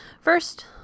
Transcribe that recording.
First